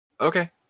okay